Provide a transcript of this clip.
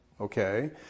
Okay